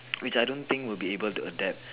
which I don't think will be able to adapt